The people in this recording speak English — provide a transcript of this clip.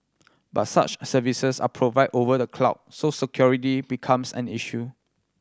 but such services are provided over the cloud so security becomes an issue